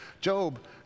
Job